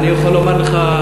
אני יכול לומר לך,